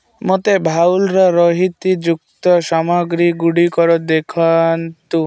ମୋତେ ଭୋଇଲାର ରହାତି ଯୁକ୍ତ ସାମଗ୍ରୀଗୁଡ଼ିକ ଦେଖାନ୍ତୁ